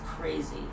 crazy